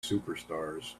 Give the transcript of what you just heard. superstars